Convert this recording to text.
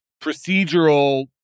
procedural